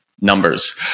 numbers